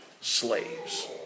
slaves